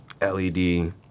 led